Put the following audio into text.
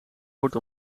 wordt